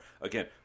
Again